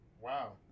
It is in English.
Wow